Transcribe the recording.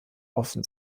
offen